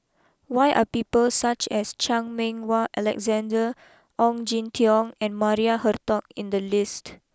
why are people such as Chan Meng Wah Alexander Ong Jin Teong and Maria Hertogh in the list